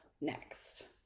next